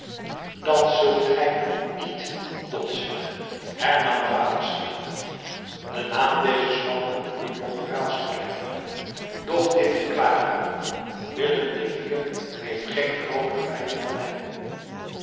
dat zult gij niet dolzinnige hernam vader syard de naam dezes mans moet u nog een raadsel blijven doch dit verklaar ik u willem de vierde heeft geen grooter vijand dan hem